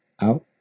out